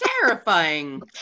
terrifying